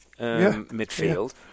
midfield